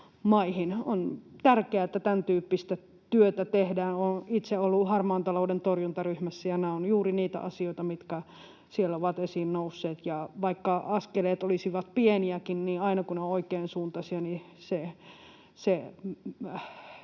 On tärkeää, että tämäntyyppistä työtä tehdään. Olen itse ollut harmaan talouden torjuntaryhmässä, ja nämä ovat juuri niitä asioita, mitkä siellä ovat esiin nousseet. Vaikka askeleet olisivat pieniäkin, niin aina kun ne ovat oikeansuuntaisia, mennään